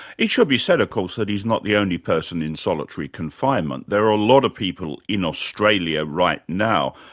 it should be said, of course, that he's not the only person in solitary confinement. there are a lot of people in australia right now,